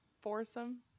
foursome